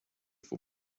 for